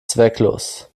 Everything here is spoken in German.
zwecklos